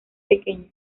pequeña